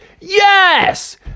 yes